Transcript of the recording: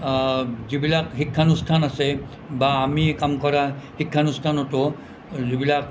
যিবিলাক শিক্ষানুষ্ঠান আছে বা আমি কাম কৰা শিক্ষানুষ্ঠানতো যিবিলাক